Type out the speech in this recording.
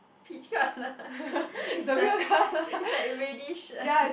peach colour it's like it's like reddish